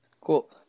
Cool